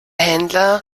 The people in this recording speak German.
händler